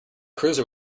cruiser